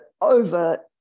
over